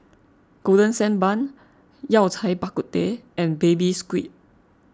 Golden Sand Bun Yao Cai Bak Kut Teh and Baby Squid